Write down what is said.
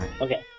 Okay